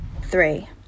Three